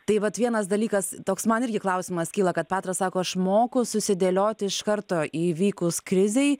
tai vat vienas dalykas toks man irgi klausimas kyla kad petras sako aš moku susidėlioti iš karto įvykus krizei